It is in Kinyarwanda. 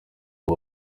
ubu